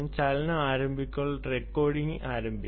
ചലനം ആരംഭിക്കുമ്പോൾ റെക്കോർഡിംഗ് ആരംഭിക്കും